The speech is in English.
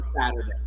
Saturday